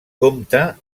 compta